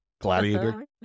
Gladiator